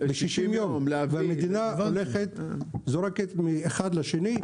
והמדינה זורקת מאחד לשני.